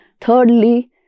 thirdly